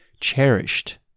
cherished